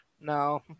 No